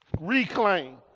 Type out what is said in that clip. reclaim